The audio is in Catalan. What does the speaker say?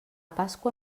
pasqua